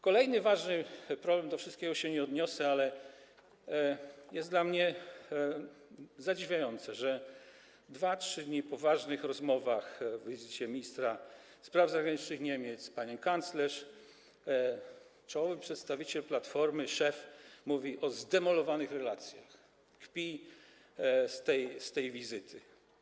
Kolejny ważny problem - do wszystkiego się nie odniosę, ale to jest dla mnie zadziwiające - 2,3 dni po ważnych rozmowach, wizycie ministra spraw zagranicznych Niemiec, pani kanclerz czołowy przedstawiciel Platformy, jej szef mówi o zdemolowanych relacjach, kpi z tej wizyty.